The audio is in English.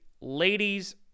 ladies